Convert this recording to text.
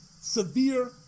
severe